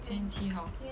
今天七号